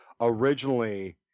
originally